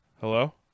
Hello